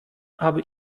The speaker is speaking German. aber